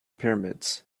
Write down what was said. pyramids